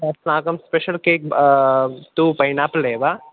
अस्माकं special cake तु pineapple एव